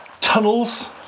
tunnels